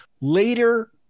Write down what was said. later